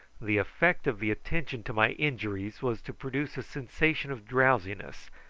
the effect of the attention to my injuries was to produce a sensation of drowsiness,